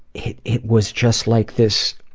it, it was just like this.